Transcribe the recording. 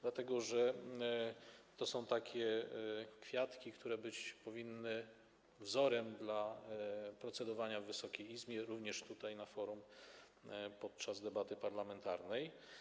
Dlatego że to są takie kwiatki, które powinny być wzorem procedowania w Wysokiej Izbie, również tutaj na forum, podczas debaty parlamentarnej.